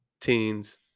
teens